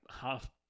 half